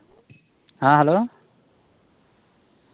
ᱦᱮᱸ ᱦᱮᱞᱳ